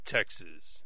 Texas